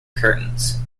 curtains